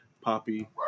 Poppy